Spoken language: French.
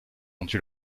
vendu